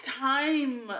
time